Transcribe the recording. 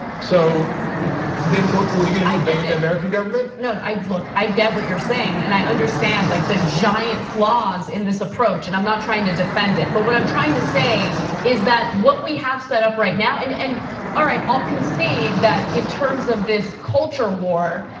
so then what what are you going to do, ban the american government? no, look, i get what you're saying. and i understand like the giant flaws in this approach, and i'm not trying to defend it. but what i'm trying to say is that what we have set up right now. and and all right, i'll concede that in terms of this culture, war.